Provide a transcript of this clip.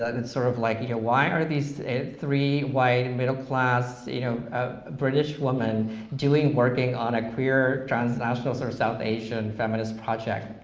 ah and it's sort of like you know what are these three white middle class you know ah british women doing working on a queer transnational sort of south asian feminist project.